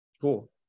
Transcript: cool